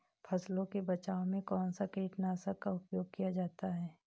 फसलों के बचाव में कौनसा कीटनाशक का उपयोग किया जाता है?